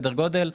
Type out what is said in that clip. סדר גודל,